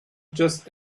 just